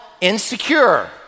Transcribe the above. insecure